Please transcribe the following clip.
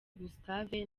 gustave